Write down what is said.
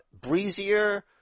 breezier